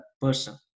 person